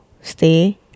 stay